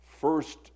first